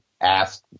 ask